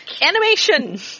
Animation